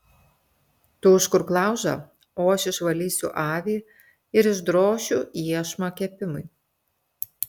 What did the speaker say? tu užkurk laužą o aš išvalysiu avį ir išdrošiu iešmą kepimui